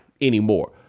anymore